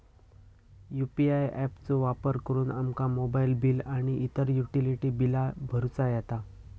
UPI app चो वापर करुन आमका मोबाईल बिल आणि इतर युटिलिटी बिला भरुचा येता